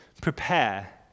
prepare